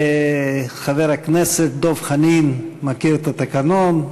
חבר הכנסת דב חנין מכיר את התקנון,